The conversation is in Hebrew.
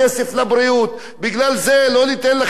בגלל זה לא ניתן לכם כסף לרווחה.